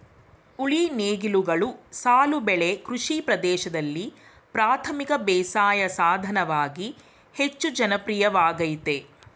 ಉಳಿ ನೇಗಿಲುಗಳು ಸಾಲು ಬೆಳೆ ಕೃಷಿ ಪ್ರದೇಶ್ದಲ್ಲಿ ಪ್ರಾಥಮಿಕ ಬೇಸಾಯ ಸಾಧನವಾಗಿ ಹೆಚ್ಚು ಜನಪ್ರಿಯವಾಗಯ್ತೆ